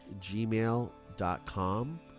gmail.com